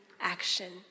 action